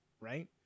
right